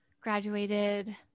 graduated